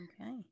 okay